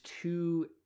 two